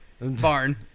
barn